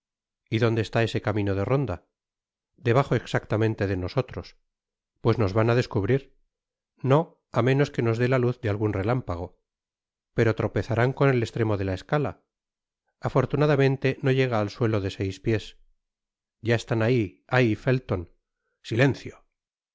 y dónde está ese camino de ronda debajo exactamente de nosotros pues nos van á descubrir no á menos que nos dé la luz de algun relámpago pero tropezarán con el estremo de la escala afortunadamente no llega al suelo de seis piés ya estan ahí ay felton silencio